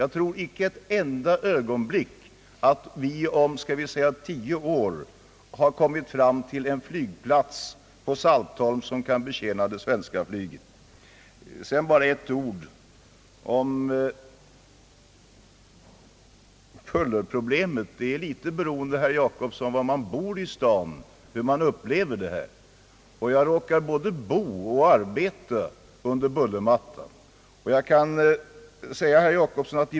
Jag tror inte ett enda ögonblick att vi om låt oss säga tio år har fått en flygplats på Saltholm som kan ersätta Bulltofta. Sedan bara ett par ord om bullerpro blemet. Hur man upplever bullret i Malmö beror på var i staden man vistas. Jag både bor och arbetar under bullermattan.